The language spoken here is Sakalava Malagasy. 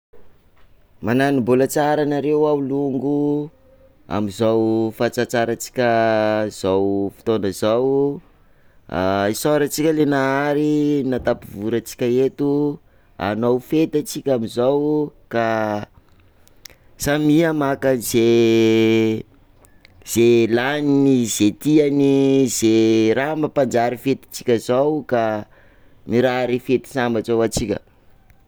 Manano mbola tsara anareo ao longo, amin'izao fatratrarantsika zao fotoana izao, isaorantsika le nahary nahatafivory antsika eto, hanao fety antsika amin'izao ka, samia maka an'izay, izay lany, izay tiany, izay raha mampanjary fetintsika zao, ka mirary fety sambatra ho antsika.